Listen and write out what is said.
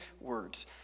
words